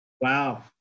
Wow